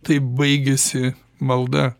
taip baigiasi malda